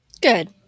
Good